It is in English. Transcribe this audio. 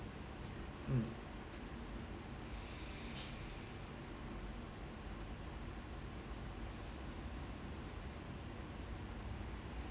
mm